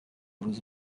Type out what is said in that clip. روز